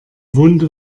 wunde